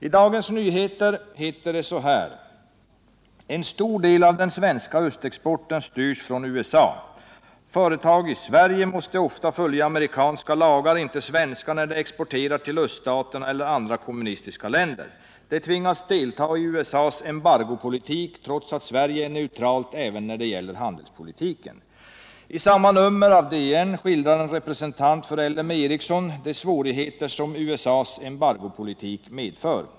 I DN heter det: ”En stor del av den svenska östexporten styrs från USA. Företag i Sverige måste ofta följa amerikanska lagar, inte svenska, när de exporterar till öststaterna eller andra kommunistiska länder. De tvingas delta i USA:s embargopolitik trots att Sverige är neutralt även när det gäller handelspolitik.” I samma nummer av DN skildrar en representant för L M Ericsson de svårigheter som USA:s embargopolitik medför.